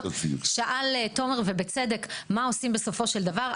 שאל תומר, ובצדק, מה עושים בסופו של דבר?